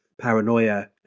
paranoia